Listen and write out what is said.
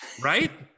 Right